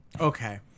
Okay